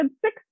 six